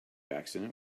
accident